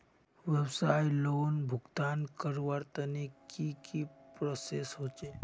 व्यवसाय लोन भुगतान करवार तने की की प्रोसेस होचे?